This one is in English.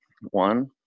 One